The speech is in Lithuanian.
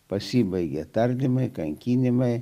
pasibaigė tardymai kankinimai